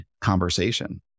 conversation